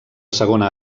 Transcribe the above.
segona